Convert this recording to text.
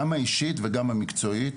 גם האישית וגם המקצועי,